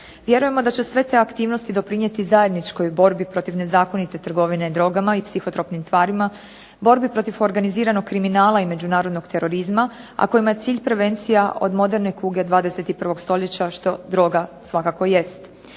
Vjerujemo da će sve te aktivnosti doprinijeti zajedničkoj borbi protiv nezakonite trgovine drogama i psihotropnim tvarima, borbi protiv organiziranog kriminala i međunarodnog terorizma, a kojima je cilj prevencija od moderne kuge 21. stoljeća što droga svakako jest.